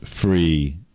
free